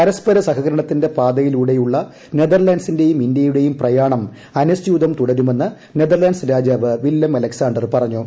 പരസ്പര സഹകരണത്തിന്റെ പാതയിലൂടെയുള്ള നെതർലാൻഡ്സിൻറെയും ഇന്ത്യയുടെയും പ്രയാണം അനുസ്യൂതം തുടരുമെന്ന് നെതർലാൻഡ്സ് രാജാവ് വില്യം അലക്സാണ്ടർ പറഞ്ഞു